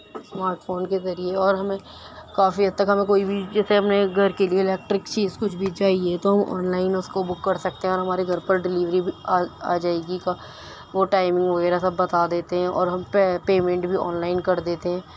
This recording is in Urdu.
اسمارٹ فون کے ذریعہ اور ہمیں کافی حد تک ہمیں کوئی بھی جیسے ہم نے گھر کے لئے الیکٹرک چیز کچھ بھی چاہیے تو وہ آن لائن اس کو بک کر سکتے ہیں اور ہمارے گھر پر ڈیلیوری بھی آ آ جائے گی وہ ٹائمنگ وغیرہ سب بتا دیتے ہیں اور ہم پے پیمینٹ بھی آن لائن کر دیتے ہیں